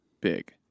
big